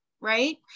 right